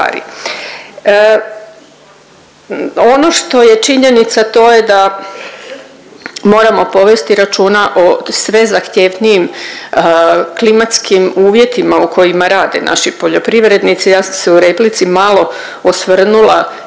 Ono što je činjenica, to je da moramo povesti računa o sve zahtjevnijim klimatskim uvjetima u kojima rade naši poljoprivrednici, ja sam se u replici malo osvrnula